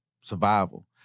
survival